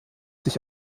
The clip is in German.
sich